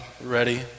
ready